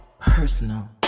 personal